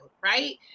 right